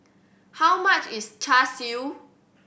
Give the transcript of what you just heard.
how much is Char Siu